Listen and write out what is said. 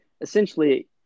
essentially